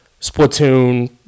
Splatoon